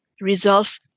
resolve